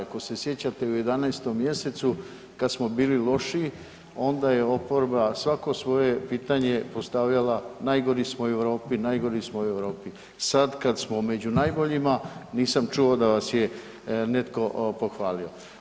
Ako se sjećate u 11. mjesecu kad smo bili lošiji onda je oporba svako svoje pitanje postavljala najgori smo u Europi, najgori smo u Europi, sad kad smo među najboljima nisam čuo da vas je netko pohvalio.